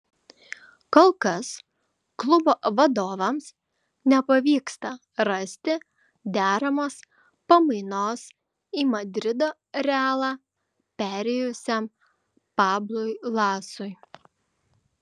kol kas klubo vadovams nepavyksta rasti deramos pamainos į madrido realą perėjusiam pablui lasui